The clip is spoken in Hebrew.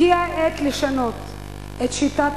הגיעה העת לשנות את שיטת הממשל,